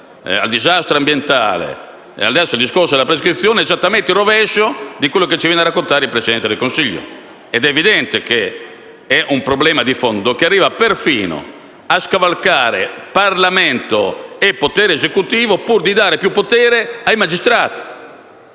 stradale al disastro ambientale, fino al discorso della prescrizione, è esattamente il rovescio di quello che ci viene a raccontare il Presidente del Consiglio. È evidente che si tratta di un problema di fondo, che arriva perfino a scavalcare il Parlamento e il potere esecutivo, pur di dare più potere ai magistrati,